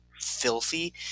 filthy